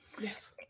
Yes